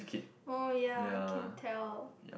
orh ya can tell